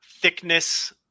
thickness